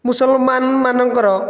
ମୁସଲମାନମାନଙ୍କର